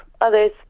others